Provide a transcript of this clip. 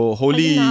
holy